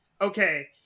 okay